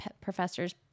professor's